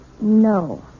No